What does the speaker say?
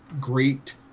great